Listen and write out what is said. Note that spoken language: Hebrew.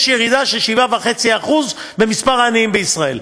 יש ירידה של 7.5% במספר העניים בישראל.